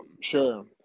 sure